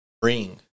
bring